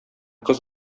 кыз